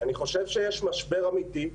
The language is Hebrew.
אני חושב שיש משבר אמיתי.